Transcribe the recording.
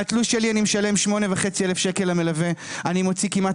מהתלוש שלי אני משלם 8,500 ₪ למלווה; אני מוציא כמעט